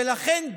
ולכן,